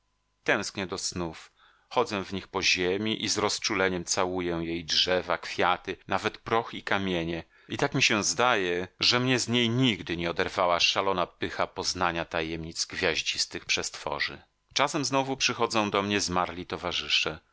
tęsknię do snów chodzę w nich po ziemi i z rozczuleniem całuję jej drzewa kwiaty nawet proch i kamienie i tak mi się zdaje że mnie z niej nigdy nie oderwała szalona pycha poznania tajemnic gwiaździstych przestworzy czasem znowu przychodzą do mnie zmarli towarzysze